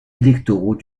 électoraux